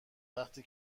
وقتی